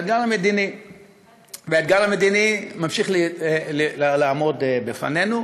והאתגר המדיני ממשיך לעמוד לפנינו,